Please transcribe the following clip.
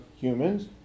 humans